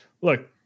Look